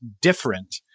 different